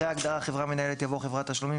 אחרי ההגדרה "חברה מנהלת" יבוא: "חברת תשלומים"